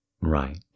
right